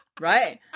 Right